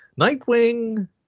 nightwing